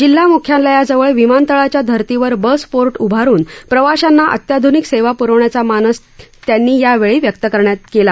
जिल्हा मुख्यालयाजवळ विमानतळाच्या धर्तीवर बसपोर्ट उभारून प्रवाशांना अत्याध्निक सेवा प्रवण्याचा मानस त्यांनी यावेळी व्यक्त केला